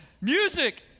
Music